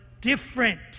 different